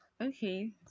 okay